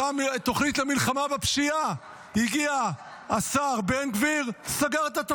בזמן ממשלת השינוי הייתה תוכנית למלחמה בפשיעה.